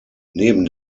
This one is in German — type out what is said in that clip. neben